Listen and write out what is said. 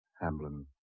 Hamblin